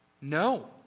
no